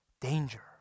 danger